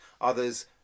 others